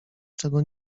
czego